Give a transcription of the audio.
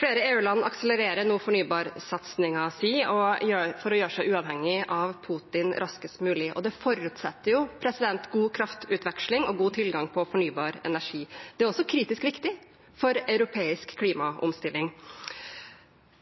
Flere EU-land akselererer nå fornybarsatsingen sin for å gjøre seg uavhengig av Putin raskest mulig, og det forutsetter jo god kraftutveksling og god tilgang på fornybar energi. Det er også kritisk viktig for europeisk klimaomstilling.